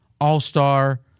All-Star